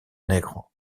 negro